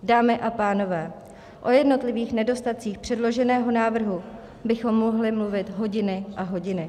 Dámy a pánové, o jednotlivých nedostatcích předloženého návrhu bychom mohli mluvit hodiny a hodiny.